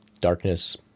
darkness